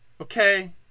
Okay